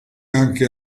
anche